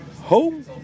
Home